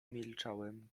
milczałem